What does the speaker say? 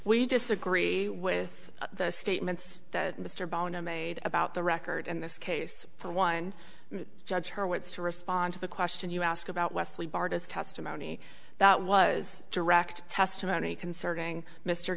we disagree with the statements that mr bono made about the record in this case for one judge her wits to respond to the question you asked about wesley bardas testimony that was direct testimony concerning mr